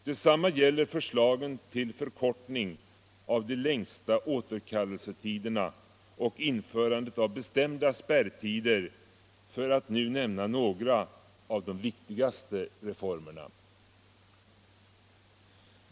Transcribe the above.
Detsamma gäller förslagen till förkortning av de längsta återkallelsetiderna och införandet av bestämda spärrtider, för att nu nämna några av de viktigaste reformerna.